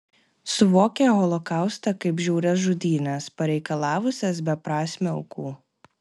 suvokia holokaustą kaip žiaurias žudynes pareikalavusias beprasmių aukų